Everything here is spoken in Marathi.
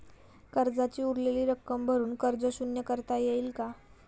कर्जाची उरलेली रक्कम भरून कर्ज शून्य करता येईल का?